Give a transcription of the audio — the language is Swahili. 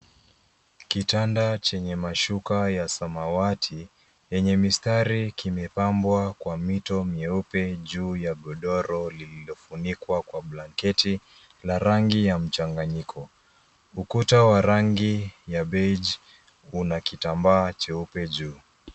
Kitanda chenye mashuka ya samawati lenye mistari kimepambwa kwa mito mieupe juu ya godoro lililofunikwa kwa blanketi la rangi ya mchanganyiko. Ukuta wa rangi ya baige una kitambaa cheupe juu.